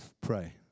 pray